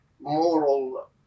moral